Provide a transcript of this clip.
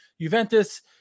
Juventus